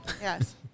Yes